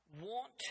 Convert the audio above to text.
want